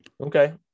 Okay